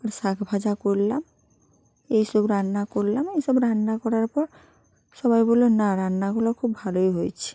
আর শাক ভাজা করলাম এই সব রান্না করলাম এই সব রান্না করার পর সবাই বললো না রান্নাগুলো খুব ভালোই হয়েছে